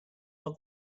what